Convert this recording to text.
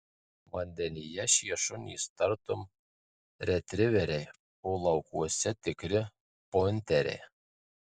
vandenyje šie šunys tartum retriveriai o laukuose tikri pointeriai